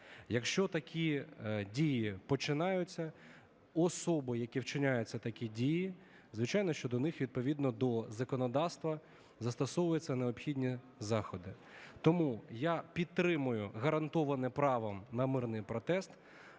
Якщо такі дії починаються особами, якими вчиняються такі дії, звичайно, що до них відповідно до законодавства застосовуються необхідні заходи. Тому я підтримую гарантоване право на мирний протест,